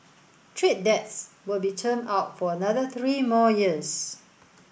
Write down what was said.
trade debts will be termed out for another three more years